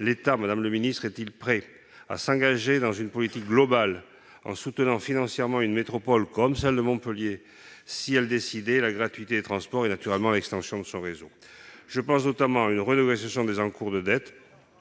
l'État est-il prêt à s'engager dans une politique globale en soutenant financièrement une métropole comme celle de Montpellier, si elle décidait la gratuité de ses transports et, naturellement, l'extension de son réseau ? Je pense notamment à une renégociation des encours de dette